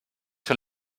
sur